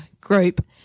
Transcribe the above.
group